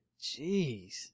Jeez